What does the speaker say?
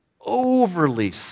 overly